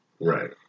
right